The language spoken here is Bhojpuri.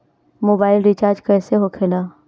मोबाइल रिचार्ज कैसे होखे ला?